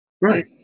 Right